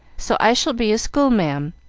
so i shall be school-ma'am,